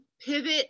pivot